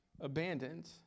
abandoned